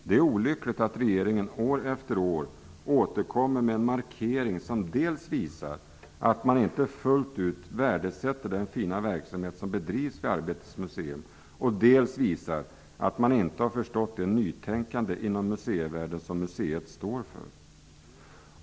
Det är olyckligt att regeringen år efter år återkommer med en markering som dels visar att man inte fullt ut värdesätter den fina verksamhet som bedrivs vid Arbetets museum och dels att man inte har förstått det nytänkande inom museivärlden som museet står för.